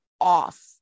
off